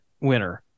winner